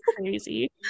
Crazy